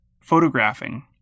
photographing